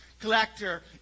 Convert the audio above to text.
collector